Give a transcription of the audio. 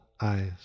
eyes